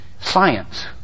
science